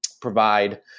provide